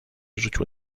rzucił